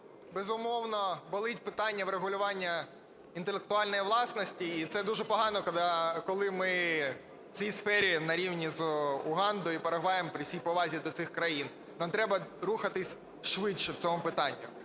безумовно, болить питання врегулювання інтелектуальної власності, і це дуже погано, коли ми в цій сфері на рівні з Угандою і Парагваєм, при всій повазі до цих країн. Нам треба рухатися швидше в цьому питанні.